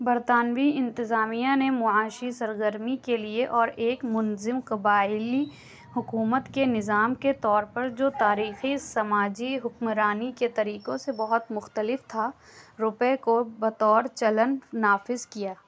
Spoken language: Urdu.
برطانوی انتظامیہ نے معاشی سرگرمی کے لیے اور ایک منظم قبائلی حکومت کے نظام کے طور پر جو تاریخی سماجی حکمرانی کے طریقوں سے بہت مختلف تھا روپئے کو بطور چلن نافذ کیا